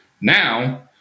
Now